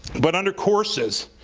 but under courses,